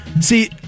See